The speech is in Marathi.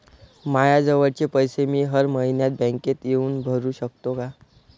मायाजवळचे पैसे मी हर मइन्यात बँकेत येऊन भरू सकतो का?